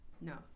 No